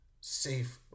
safe